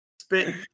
Spit